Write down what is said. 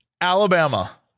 Alabama